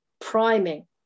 priming